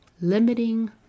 limiting